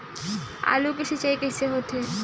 आलू के सिंचाई कइसे होथे?